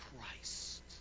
Christ